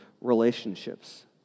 relationships